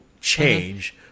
change